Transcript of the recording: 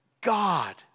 God